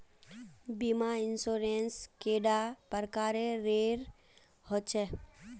बीमा इंश्योरेंस कैडा प्रकारेर रेर होचे